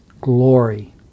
glory